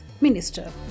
minister